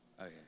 Okay